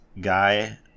guy